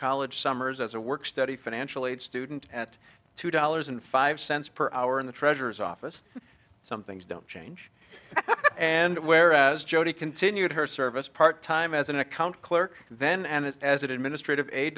college summers as a work study financial aid student at two dollars and five cents per hour in the treasurer's office some things don't change and whereas jodi continued her service part time as an account clerk then and as administrative aid